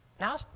Now